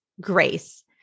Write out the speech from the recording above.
grace